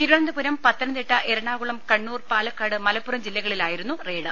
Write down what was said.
തിരുവനന്തപുരം പത്തനംതിട്ട എറണാകുളം കണ്ണൂർ പാലക്കാട് മലപ്പുറം ജില്ലകളിലായിരുന്നു റെയ്ഡ്